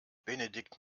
benedikt